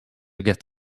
get